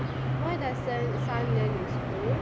what does sun sun learn in school